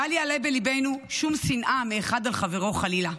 ואל יעלה בליבנו שום שנאה מאחד על חברו חלילה,